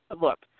look